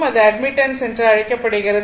இது அட்மிட்டன்ஸ் என்று அழைக்கப்படுகிறது